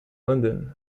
linden